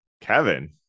kevin